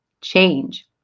change